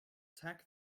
tack